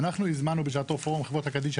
אנחנו הוזמנו בשעתו פורום חברות הקדישא